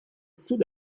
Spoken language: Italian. sud